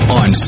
on